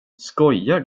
skojar